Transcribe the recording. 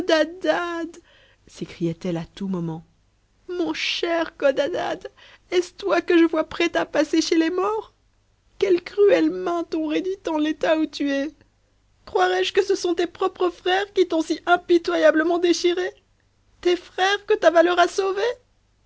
codadad sëcriait ehe à tous moments mon cher codadad est-ce loi que je vois prêt à passer chez les morts quelles cruelles mains t'ont réduit en l'état ou tu es croirais-je que ce sont tes propres frères qui t'ont si impitoyablement déchiré tes frères que ta valeur a sauvés